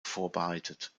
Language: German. vorbereitet